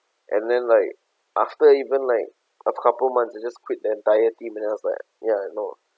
and then like after even like a couple of months you just quit the entire team then I was like ya I know